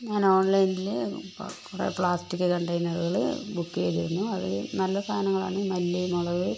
ഞാൻ ഓൺലൈനിൽ കുറെ പ്ലാസ്റ്റിക് കണ്ടെയ്നറുകൾ ബുക്ക് ചെയ്തിരുന്നു അത് നല്ല സാധനങ്ങളാണ് മല്ലി മുളക്